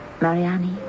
Mariani